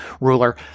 ruler